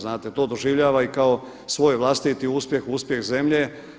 Znate to doživljava i kao svoj vlastiti uspjeh, uspjeh zemlje.